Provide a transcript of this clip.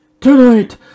Tonight